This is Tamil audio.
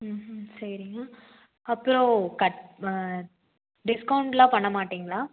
ம் ஹும் சரிங்க அப்புறோம் கட் டிஸ்கவுண்ட்லாம் பண்ண மாட்டிங்ளா